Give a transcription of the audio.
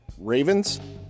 ravens